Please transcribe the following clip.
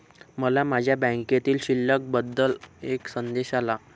मला माझ्या बँकेतील शिल्लक बद्दल एक संदेश आला